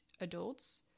adults